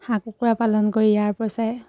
হাঁহ কুকুৰা পালন কৰি ইয়াৰ পইচাই